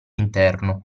interno